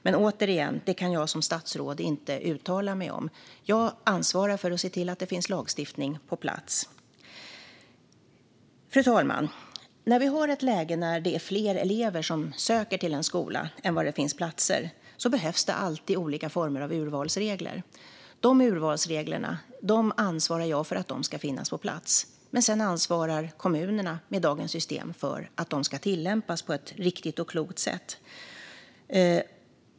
Men återigen: Detta kan jag som statsråd inte uttala mig om, utan jag ansvarar för att se till att det finns lagstiftning på plats. Fru talman! När vi har ett läge där det är fler elever som söker till en skola än vad det finns platser behövs det alltid olika former av urvalsregler. Jag ansvarar för att dessa regler finns på plats, men sedan ansvarar kommunerna, med dagens system, för att de tillämpas på ett riktigt och klokt sätt.